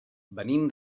venim